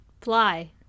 fly